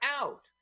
out